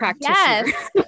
Yes